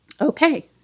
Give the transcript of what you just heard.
Okay